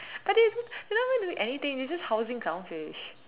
but then they never even do anything you just housing clownfish